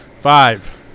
Five